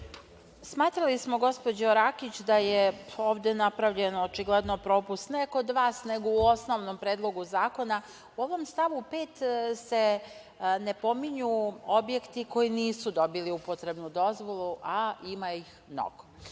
Smatrali smo, gospođo Rakić, da je ovde napravljen očigledno propust, ne kod vas, nego u osnovnom predlogu zakona. U ovom stavu 5. se ne pominju objekti koji nisu dobili upotrebnu dozvolu, a ima ih